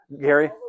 Gary